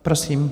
Prosím.